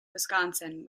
wisconsin